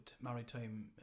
maritime